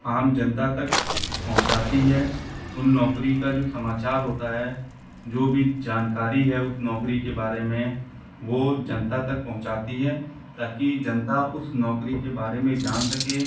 आम जनता तक पहुँचाती है उन नौकरी का जो समाचार होता है जो भी जानकारी है उस नौकरी के बारे में वो जनता तक पहुँचाती है ताकि जनता उस नौकरी के बारे में जान सके